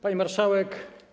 Pani Marszałek!